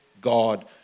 God